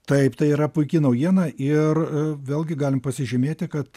taip tai yra puiki naujiena ir vėlgi galim pasižymėti kad